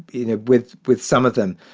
you know, with with some of them.